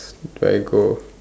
do I go